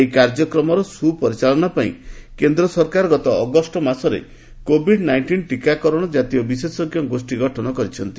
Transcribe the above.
ଏହି କାର୍ଯ୍ୟକ୍ରମର ସୁପରିଚାଳନା ପାଇଁ କେନ୍ଦ୍ର ସରକାର ଗତ ଅଗଷ୍ଟ ମାସରେ କୋଭିଡ୍ ନାଇଷ୍ଟିନ୍ ଟିକାକରଣର ଜାତୀୟ ବିଶେଷଜ୍ଞ ଗୋଷ୍ଠୀ ଗଠନ କରିଛନ୍ତି